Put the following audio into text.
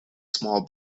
small